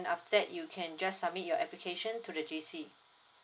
after that you can just submit your application to the J_C